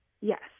Yes